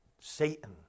Satan